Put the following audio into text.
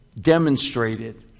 demonstrated